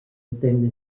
within